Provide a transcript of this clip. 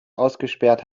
ausgesperrt